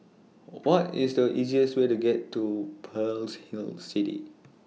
What IS The easiest Way to Pearl's Hill City